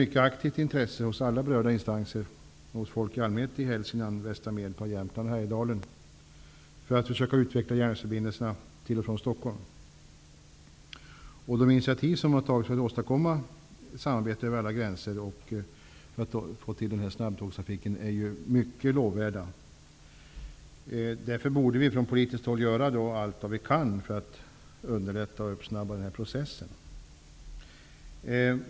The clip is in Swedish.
Det finns hos alla berörda instanser -- hos folk i allmänhet i Hälsingland, västra Medelpad, Jämtland och Härjedalen -- ett mycket aktivt intresse för att försöka utveckla järnvägsförbindelserna till och från Stockholm. De initiativ som har tagits för att åstadkomma samarbete över alla gränser och för att få till stånd den här snabbtågstrafiken är ju mycket lovvärda. Därför borde vi från politiskt håll göra allt vad vi kan för att underlätta och snabba på den här processen.